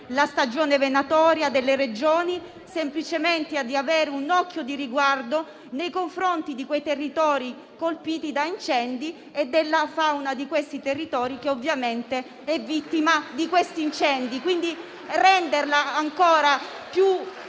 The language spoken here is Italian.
la stagione venatoria delle Regioni, ma semplicemente di avere un occhio di riguardo nei confronti dei territori colpiti da incendi e della fauna di questi territori che ne è vittima. Rendere tale fauna ancora più